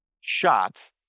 shot